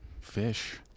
fish